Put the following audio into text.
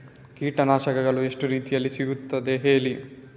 ಕೀಟನಾಶಕಗಳು ಎಷ್ಟು ರೀತಿಯಲ್ಲಿ ಸಿಗ್ತದ ಹೇಳಿ